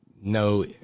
No